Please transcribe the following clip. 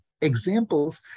examples